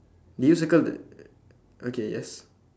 did you circle the okay yes